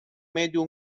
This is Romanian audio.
mediu